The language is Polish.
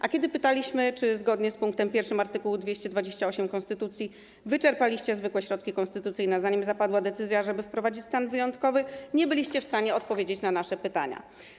A kiedy pytaliśmy, czy zgodnie z art. 228 ust. 1 konstytucji wyczerpaliście zwykłe środki konstytucyjne, zanim zapadła decyzja, żeby wprowadzić stan wyjątkowy, nie byliście w stanie odpowiedzieć na nasze pytania.